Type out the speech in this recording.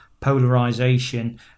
polarization